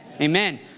Amen